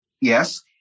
Yes